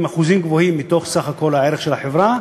אחוזים גבוהים מתוך סך כל הערך של החברה.